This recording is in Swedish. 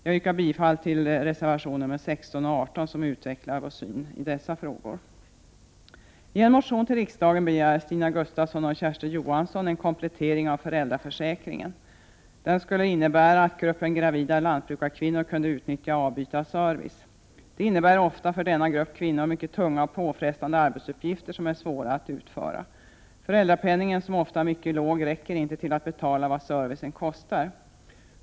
Jag yrkar bifall till reservationerna nr 16 och 18, där vi utvecklar vår syn på dessa frågor. komplettering av föräldraförsäkringen. Den skulle innebära att gruppen gravida lantbrukarkvinnor kunde utnyttja avbytarservice. Denna grupp av kvinnor har ofta mycket tunga och påfrestande arbetsuppgifter, som är svåra att utföra. Föräldrapenningen, som ofta är mycket låg, räcker inte till för att betala vad servicen kostar.